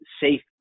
safe